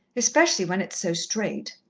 especially when it's so straight.